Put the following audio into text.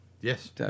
yes